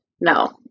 no